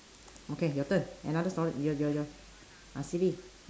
okay your turn another story your your your ah silly